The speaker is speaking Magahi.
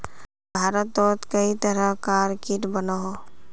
भारतोत कई तरह कार कीट बनोह